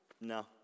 no